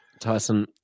tyson